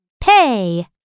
pay